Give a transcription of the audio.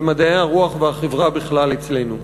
על מדעי הרוח והחברה בכלל אצלנו.